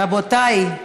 רבותיי,